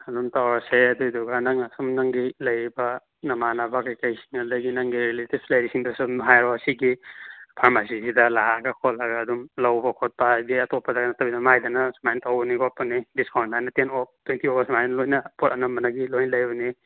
ꯑꯗꯨꯝ ꯇꯧꯔꯁꯦ ꯑꯗꯨꯗꯨꯒ ꯅꯪꯅ ꯁꯨꯝ ꯅꯪꯒꯤ ꯂꯩꯔꯤꯕ ꯅꯃꯥꯟꯅꯕ ꯀꯔꯤ ꯀꯔꯤꯁꯤꯅ ꯍꯥꯏꯗꯤ ꯅꯪꯒꯤ ꯔꯤꯂꯦꯇꯤꯕꯁ ꯂꯩꯔꯤꯁꯤꯡꯗꯁꯨ ꯑꯗꯨꯝ ꯍꯥꯏꯔꯣ ꯁꯤꯒꯤ ꯐꯥꯔꯃꯥꯁꯤꯁꯤꯗ ꯂꯥꯛꯂꯒ ꯈꯣꯠꯂꯒ ꯑꯗꯨꯝ ꯂꯧꯕ ꯈꯣꯠꯄ ꯍꯥꯏꯗꯤ ꯑꯇꯣꯞꯄꯗ ꯅꯠꯇꯕꯤꯗ ꯃꯥꯒꯤꯗꯅ ꯁꯨꯃꯥꯏꯅ ꯇꯧꯕꯅꯤ ꯈꯣꯠꯄꯅꯤ ꯗꯤꯁꯀꯥꯎꯟꯗꯅ ꯇꯦꯟ ꯑꯣꯐ ꯇ꯭ꯋꯦꯟꯇꯤ ꯑꯣꯐ ꯁꯨꯃꯥꯏꯅ ꯂꯣꯏꯅ ꯄꯣꯠ ꯑꯅꯝꯕꯅꯒꯤ ꯂꯣꯏ ꯂꯩꯕꯅꯤ